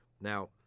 Now